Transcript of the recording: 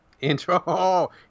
Intro